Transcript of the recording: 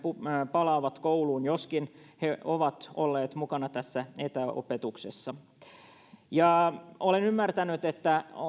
palaavat kouluun joskin he ovat olleet mukana tässä etäopetuksessa olen ymmärtänyt että